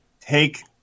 take